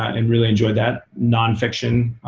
and really enjoyed that nonfiction.